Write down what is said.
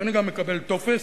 אני גם מקבל טופס: